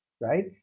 right